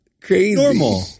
crazy